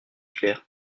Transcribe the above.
clair